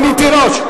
רונית תירוש,